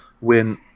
win